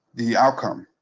the outcome.